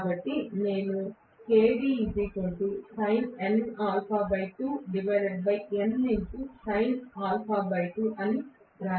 కాబట్టి నేను అని వ్రాయగలను